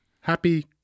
Happy